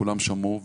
כולם שמעו,